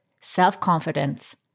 self-confidence